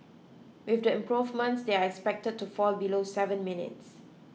with the improvements they are expected to fall below seven minutes